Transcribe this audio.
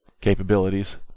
capabilities